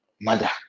mother